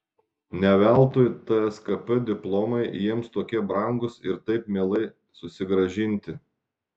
ne veltui tskp diplomai jiems tokie brangūs ir taip mielai susigrąžinti